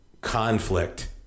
conflict